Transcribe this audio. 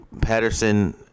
Patterson